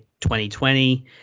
2020